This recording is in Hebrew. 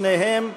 שניהם,